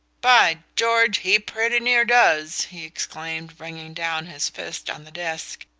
by george, he pretty near does! he exclaimed bringing down his fist on the desk.